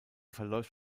verläuft